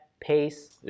Pace